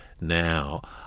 now